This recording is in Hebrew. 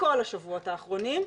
בכל השבועות האחרונים.